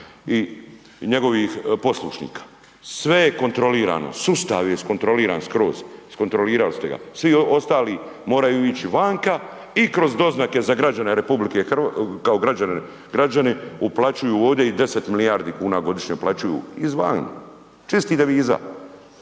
i njegovih poslušnika. Sve je kontrolirano, sustav je iskontroliran skroz, iskontrolirali ste ga, svi ostali moraju ići vanka i kroz doznake za građane RH, kao građani uplaćuju ovdi i 10 milijardi kuna godišnje uplaćuju izvani, čistih deviza,